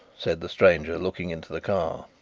said the stranger, looking into the car.